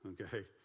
Okay